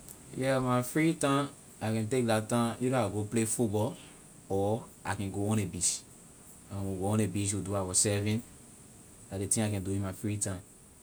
Yeah my free time I can take that time either I go play football or I can go on the beach and when we go on the beach we do our surfing la ley thing I can do in my free time.